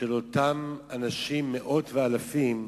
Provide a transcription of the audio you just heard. של אותם אנשים, מאות ואלפים,